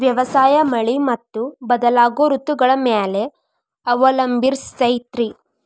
ವ್ಯವಸಾಯ ಮಳಿ ಮತ್ತು ಬದಲಾಗೋ ಋತುಗಳ ಮ್ಯಾಲೆ ಅವಲಂಬಿಸೈತ್ರಿ